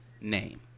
name